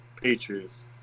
Patriots